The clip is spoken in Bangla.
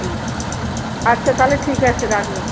হুম আচ্ছা তাহলে ঠিক আছে রাখলাম